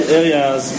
areas